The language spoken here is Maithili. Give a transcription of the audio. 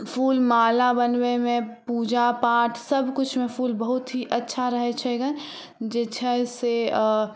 फूल माला बनबैमे पूजा पाठ सबकिछुमे फूल बहुत ही अच्छा रहै छै जे छै से